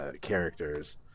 characters